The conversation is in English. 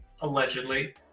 allegedly